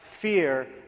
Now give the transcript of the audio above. fear